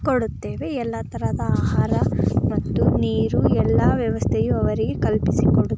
ಕೊಡುತ್ತೇವೆ ಎಲ್ಲ ಥರದ ಆಹಾರ ಮತ್ತು ನೀರು ಎಲ್ಲ ವ್ಯವಸ್ಥೆಯೂ ಅವರಿಗೆ ಕಲ್ಪಿಸಿ